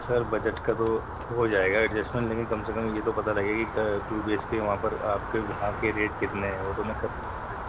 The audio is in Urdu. سر بجٹ کا تو ہو جائے گا ایڈجسمنٹ لیکن کم سے کم یہ تو پتہ لگے کہ ٹو بی ایچ کے وہاں پر آپ کے وہاں کے ریٹ کتنے ہیں وہ تو میں کر لوں گا